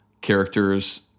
characters